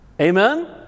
Amen